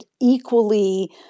equally